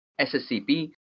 SSCP